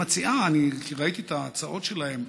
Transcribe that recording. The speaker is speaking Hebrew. והיא מציעה, אני ראיתי את ההצעות שלהם,